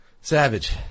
savage